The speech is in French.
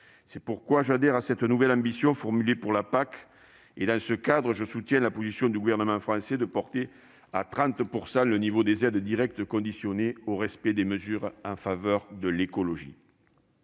C'est pourquoi j'adhère à cette nouvelle ambition formulée pour la PAC, et, dans ce cadre, je soutiens la position du Gouvernement de porter à 30 % le niveau des aides directes conditionnées au respect des mesures en faveur de l'écologie.